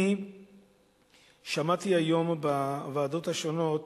אני שמעתי היום בוועדות השונות